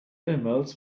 animals